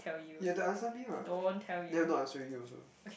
you have to answer me what then I'm not answering you also